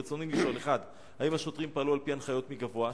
רצוני לשאול: 1. האם השוטרים פעלו על-פי הנחיות מגבוה?